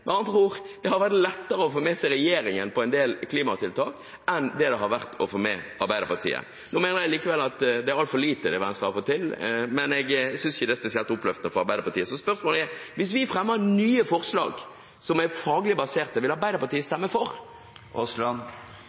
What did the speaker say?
Med andre ord har det vært lettere å få med seg regjeringen på en del klimatiltak enn det har vært å få med seg Arbeiderpartiet. Nå mener jeg likevel at det som Venstre har fått til, er altfor lite, men jeg synes ikke dette er spesielt oppløftende for Arbeiderpartiet. Så spørsmålet er: Hvis vi fremmer nye forslag, som er faglig baserte, vil Arbeiderpartiet stemme for